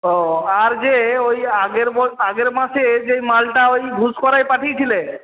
ও আর যে ওই আগের ব আগের মাসে যেই মালটা ওই গুসকরায় পাঠিয়েছিলে